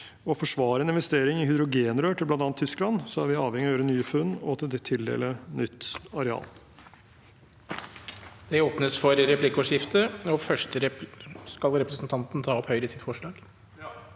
forsvare en investering i hydrogenrør til bl.a. Tyskland, er vi avhengige av å gjøre nye funn og tildele nytt areal.